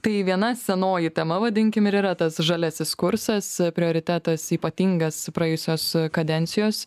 tai viena senoji tema vadinkim ir yra tas žaliasis kursas prioritetas ypatingas praėjusios kadencijos